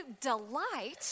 delight